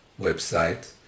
website